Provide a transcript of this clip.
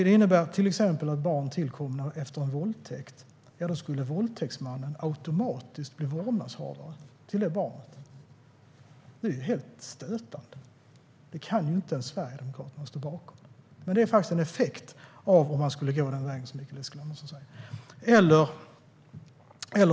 Det innebär till exempel att om ett barn tillkommer efter en våldtäkt skulle våldtäktsmannen automatiskt bli vårdnadshavare till barnet. Det är ju helt stötande! Det kan inte ens Sverigedemokraterna stå bakom. Men det vore faktiskt en effekt om man skulle gå den väg som Mikael Eskilandersson förespråkar.